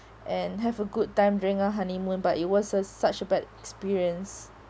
and have a good time during our honeymoon but it was a such a bad experience